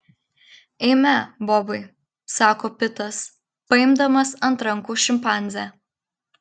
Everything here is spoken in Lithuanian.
eime bobai sako pitas paimdamas ant rankų šimpanzę